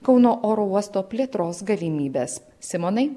kauno oro uosto plėtros galimybes simonai